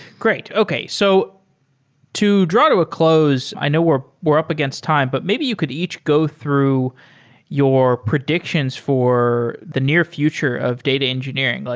great. okay. so to draw to a close i know we're we're up against time, but maybe you could each go through your predictions for the near future of data engineering. like